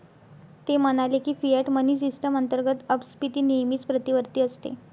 ते म्हणाले की, फियाट मनी सिस्टम अंतर्गत अपस्फीती नेहमीच प्रतिवर्ती असते